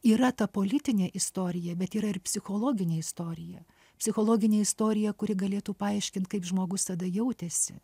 yra ta politinė istorija bet yra ir psichologinė istorija psichologinė istorija kuri galėtų paaiškint kaip žmogus tada jautėsi